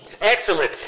Excellent